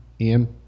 Ian